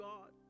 God